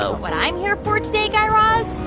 so what i'm here for, today, guy raz,